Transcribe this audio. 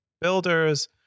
builders